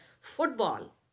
football